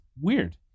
weird